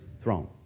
throne